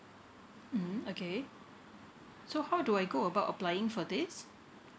mm okay so how do I go about applying for this